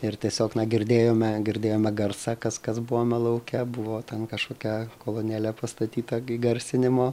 ir tiesiog na girdėjome girdėjome garsą kas kas buvome lauke buvo ten kažkokia kolonėlė pastatyta gi garsinimo